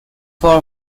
for